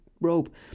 rope